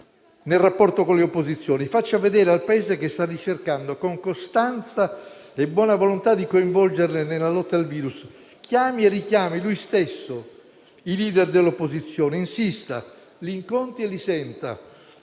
nel rapporto con le opposizioni: faccia vedere al Paese che sta cercando, con costanza e buona volontà, di coinvolgerle nella lotta al virus. Chiami e richiami lui stesso i *leader* dell'opposizione, insista, li incontri e li senta;